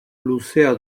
luzea